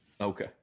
Okay